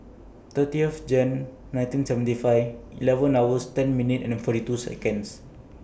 thirtieth Jan nineteen seventy five eleven hours ten minute and forty two Seconds